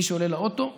מי שעולה לאוטו יכול,